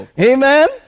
Amen